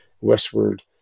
westward